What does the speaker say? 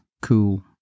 cool